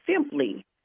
simply